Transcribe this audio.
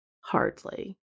Hardly